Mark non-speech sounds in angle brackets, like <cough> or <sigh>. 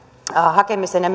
hakemisen ja <unintelligible>